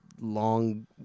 Long